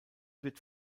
wird